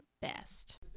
best